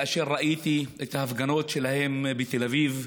כאשר ראיתי את ההפגנות שלהם בתל אביב,